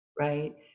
right